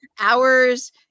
hours